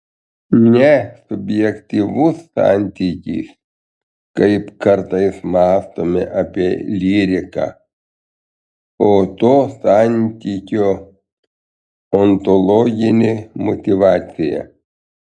ne subjektyvus santykis kaip kartais mąstome apie lyriką o to santykio ontologinė motyvacija